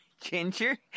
Ginger